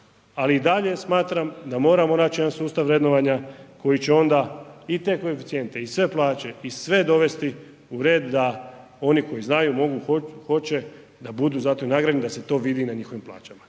ali i dalje smatram da moramo naći jedan sustav vrednovanja koji će onda i te koeficijente i sve plaće i sve dovesti u red oni koji znaju, mogu, hoće, da budu zato i nagrađeni, da se to vidi na njihovim plaćama,